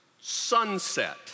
sunset